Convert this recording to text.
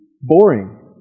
Boring